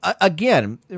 Again